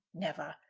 never.